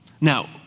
Now